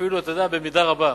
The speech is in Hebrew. אפילו במידה רבה,